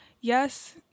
yes